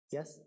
Yes